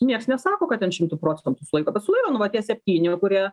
nieks nesako kad ten šimtu procentų sulaiko bet sulaiko nu va tie septyni kurie